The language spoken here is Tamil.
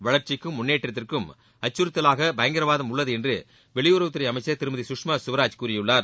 வளர்ச்சிக்கும் முன்னேற்றத்திற்கும் அச்சுறுத்தலாக பயங்கரவாதம் உள்ளது என்று வெளியுறவுத்துறை அமைச்சர் திருமதி சுஷ்மா ஸ்வராஜ் கூறியுள்ளார்